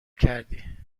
کردی